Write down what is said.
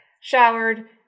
showered